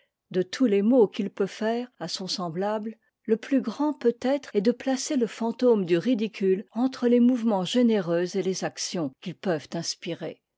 de tous les maux qu'il peut faire à son semblable le plus grand peut-être est de placer le fantôme du ridicute entre les mouvements généreux et les actions qu'ils peuvent inspirer